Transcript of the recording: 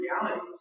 realities